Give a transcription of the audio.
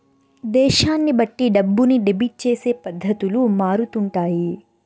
దేశాన్ని బట్టి డబ్బుని డెబిట్ చేసే పద్ధతులు మారుతుంటాయి